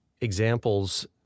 examples